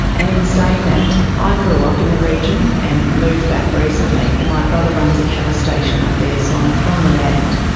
and in saying that i grew up in the region and moved back recently. my brother runs a cattle station up there, so i'm from the land.